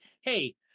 hey